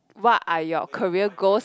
what are your career goals